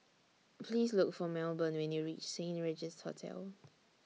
Please Look For Melbourne when YOU REACH Saint Regis Hotel